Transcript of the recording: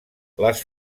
les